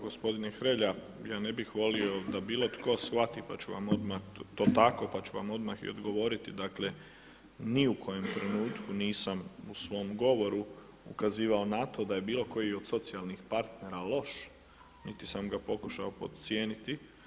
Gospodine Hrelja ja ne bi volio da bilo tko shvati, pa ću vam odmah, to tako, pa ću vam odmah i odgovoriti dakle ni u kojem trenutku nisam u svom govoru ukazivao na to da je bilo koji od socijalnih partnera loš, niti sam ga pokušao podcijeniti.